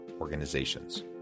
Organizations